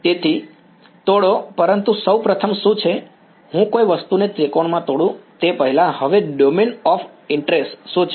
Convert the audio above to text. તેથી તોડો પરંતુ સૌ પ્રથમ શું છે હું કોઈ વસ્તુને ત્રિકોણમાં તોડું તે પહેલાં હવે ડોમેન ઓફ ઈંટ્રેસ શું છે